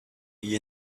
you